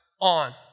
on